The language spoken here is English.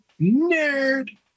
nerd